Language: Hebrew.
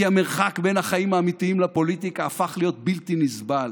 כי המרחק בין החיים האמיתיים לפוליטיקה הפך להיות בלתי נסבל.